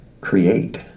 Create